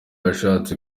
yashatse